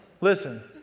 listen